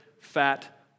fat